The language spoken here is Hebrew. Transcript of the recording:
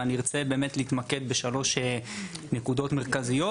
ואני ארצה להתמקד בשלוש נקודות מרכזיות,